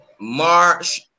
March